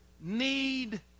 need